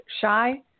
shy